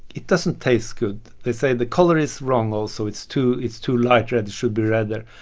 it doesn't taste good. they say the color is wrong also it's too it's too light red, it should be redder.